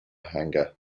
hanger